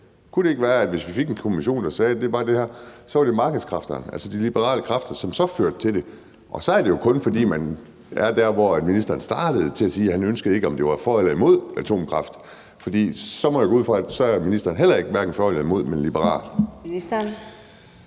Kunne det ikke være, at hvis vi fik en kommission, der sagde det her, så var det markedskræfterne, altså de liberale kræfter, som så førte til det? Og så er det jo kun, fordi man er der, hvor ministeren startede med at sige, at han ønskede ikke, at det var for eller imod atomkraft, for så må jeg gå ud fra, at ministeren så heller ikke er hverken for eller imod, men liberal. Kl.